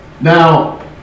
Now